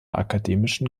akademischen